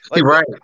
Right